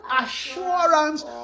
assurance